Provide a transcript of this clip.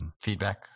feedback